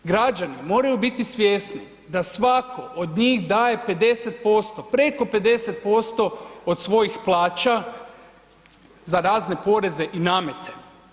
Građani moraju biti svjesni da svatko od njih daje 50%, preko 50% od svojih plaća za razne poreze i namete.